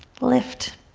lift,